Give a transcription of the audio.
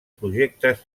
projectes